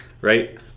right